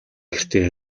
гэртээ